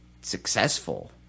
successful